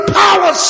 power